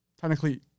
Technically